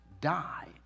died